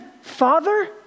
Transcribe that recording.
Father